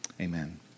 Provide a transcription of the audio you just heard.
amen